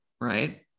right